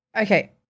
Okay